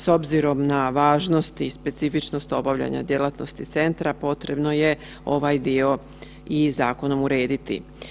S obzirom na važnost i specifičnost obavljanja djelatnosti centra potrebno je ovaj dio i zakonom urediti.